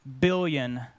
billion